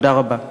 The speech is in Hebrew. תודה רבה.